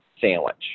sandwich